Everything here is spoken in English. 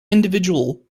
individual